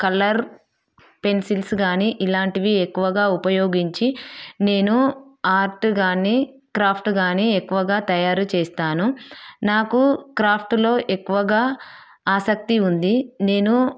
colour pencils కాని ఇలాంటివి ఎక్కువగా ఉపయోగించి నేను ఆర్ట్ కాని క్రాఫ్ట్ కాని ఎక్కువగా తయారుచేస్తాను నాకు క్రాఫ్ట్లో ఎక్కువగా ఆసక్తి ఉంది నేను